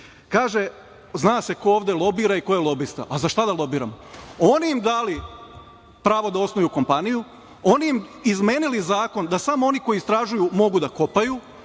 zna se ko ovde lobira i ko je lobista. Za šta da lobiramo? Oni im dali pravo da osnuju kompaniju, oni im izmeni zakon, da samo oni koji istražuju mogu da kopaju,